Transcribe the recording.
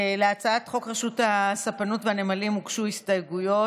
להצעת חוק רשות הספנות והנמלים הוגשו הסתייגויות.